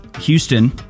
Houston